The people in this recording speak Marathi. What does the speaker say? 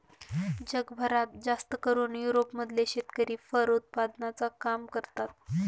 जगभरात जास्तकरून युरोप मधले शेतकरी फर उत्पादनाचं काम करतात